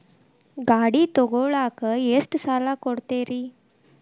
ಗಾಡಿ ತಗೋಳಾಕ್ ಎಷ್ಟ ಸಾಲ ಕೊಡ್ತೇರಿ?